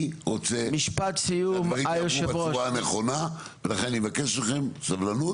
אני רוצה שהדברים יעברו בצורה הנכונה ולכן אני מבקש מכם סבלנות,